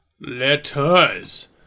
Letters